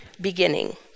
beginning